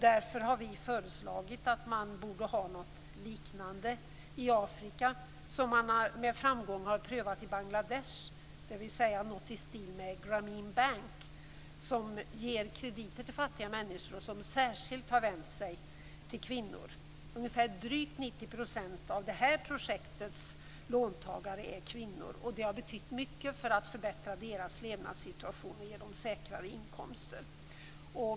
Därför har vi föreslagit att man borde ha något liknande i Afrika som man med framgång har prövat i Bangladesh, dvs. något i stil med Grameen Bank, som ger krediter till fattiga människor och som särskilt har vänt sig till kvinnor. Drygt 90 % av det projektets låntagare är kvinnor. Det har betytt mycket för att förbättra deras levnadssituation och ge dem säkrare inkomster.